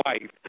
life